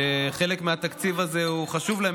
שחלק מהתקציב הזה הוא חשוב להם,